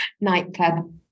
nightclub